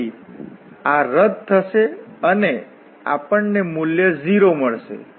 તેથી આ રદ થશે અને આપણને મૂલ્ય 0 મળશે